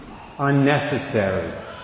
unnecessary